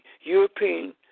European